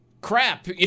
crap